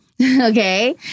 Okay